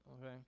Okay